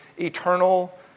eternal